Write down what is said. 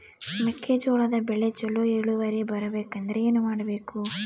ಮೆಕ್ಕೆಜೋಳದ ಬೆಳೆ ಚೊಲೊ ಇಳುವರಿ ಬರಬೇಕಂದ್ರೆ ಏನು ಮಾಡಬೇಕು?